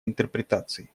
интерпретации